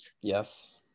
Yes